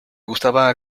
gustaba